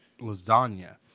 lasagna